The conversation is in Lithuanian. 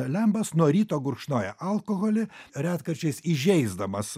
lembas nuo ryto gurkšnoja alkoholį retkarčiais įžeisdamas